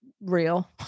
real